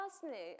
Personally